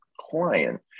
client